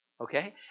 okay